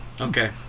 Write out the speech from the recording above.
Okay